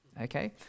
okay